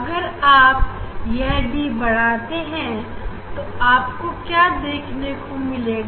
अगर आप यह डी बढ़ाते हैं तो आपको क्या देखने को मिलेगा